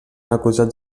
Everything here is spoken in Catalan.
acusats